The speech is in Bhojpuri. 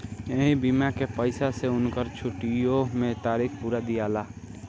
ऐही बीमा के पईसा से उनकर छुट्टीओ मे तारीख पुरा दियाला